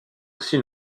aussi